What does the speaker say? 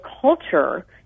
culture